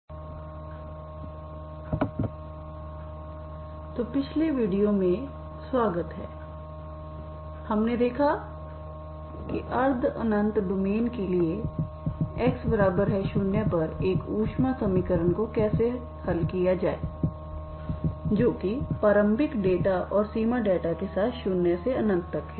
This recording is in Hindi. गैर समरूप ऊष्मा समीकरण तो पिछले वीडियो में स्वागत है हमने देखा कि अर्ध अनंत डोमेन के लिए x0पर एक ऊष्मा समीकरण को कैसे हल किया जाए जो कि प्रारंभिक डेटा और सीमा डेटा के साथ शून्य से अनंत तक है